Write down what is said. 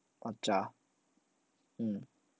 matcha mm